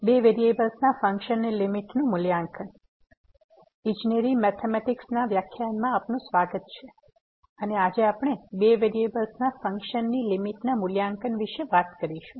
તેથી ઇજનેરી ગણિત I ના વ્યાખ્યાન માં આપનું સ્વાગત છે અને આજે આપણે બે વેરીએબલ્સના ફંક્શનની લીમીટ ના મૂલ્યાંકન વિશે વાત કરીશું